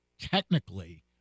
technically